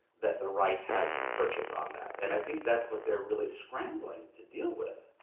that the right has the purchase on that. and i think that's what they're really scrambling to deal with.